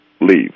leave